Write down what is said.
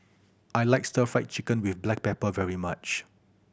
I like Stir Fry Chicken with black pepper very much